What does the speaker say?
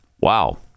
Wow